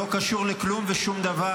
לא קשור לכלום ושום דבר.